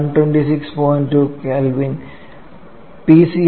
2 K Pcr 3